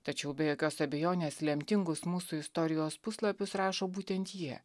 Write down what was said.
tačiau be jokios abejonės lemtingus mūsų istorijos puslapius rašo būtent jie